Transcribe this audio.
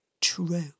true